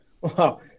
Wow